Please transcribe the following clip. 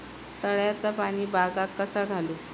तळ्याचा पाणी बागाक कसा घालू?